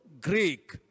Greek